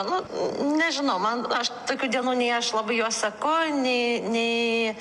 nu nežinau man aš tokių dienų nei aš labai juos seku nei nei